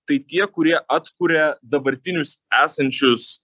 tai tie kurie atkuria dabartinius esančius